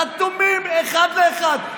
חתומים אחד-אחד.